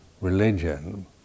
religion